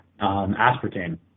aspartame